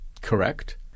correct